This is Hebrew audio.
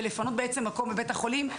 ובעצם לפנות מקום בבית החולים.